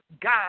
God